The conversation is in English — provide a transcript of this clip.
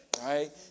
Right